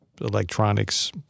electronics